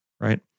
right